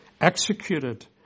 executed